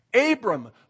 abram